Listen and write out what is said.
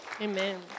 amen